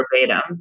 verbatim